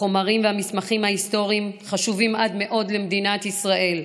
החומרים והמסמכים ההיסטוריים חשובים עד מאוד למדינת ישראל,